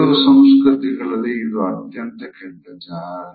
ಕೆಲವು ಸಂಸ್ಕೃತಿಗಳಲ್ಲಿ ಇದು ಅತ್ಯಂತ ಕೆಟ್ಟ ಚಹರೆ